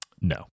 No